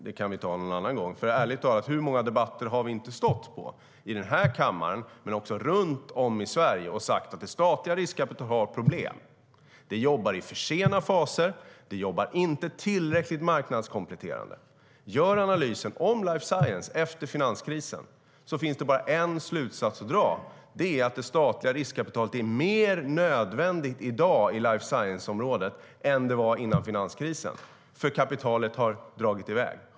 Det kan vi ta någon annan gång, för ärligt talat: I hur många debatter har vi inte stått här i kammaren och runt om i Sverige och sagt att det statliga riskkapitalet har problem? Det jobbar i för sena faser. Det jobbar inte tillräckligt marknadskompletterande. När man gör analysen om life science efter finanskrisen finns det bara en slutsats att dra, och det är att det statliga riskkapitalet är mer nödvändigt i dag på life science-området än det var före finanskrisen. Kapitalet har nämligen dragit i väg.